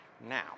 Now